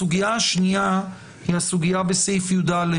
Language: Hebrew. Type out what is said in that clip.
הסוגיה השנייה היא בסעיף (י"א)